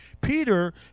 peter